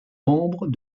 membre